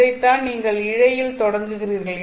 இதைத்தான் நீங்கள் இழையில் தொடங்குகிறீர்கள்